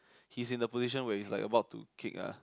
he's in the position where he's like about to kick ah